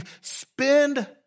spend